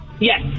Yes